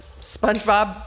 Spongebob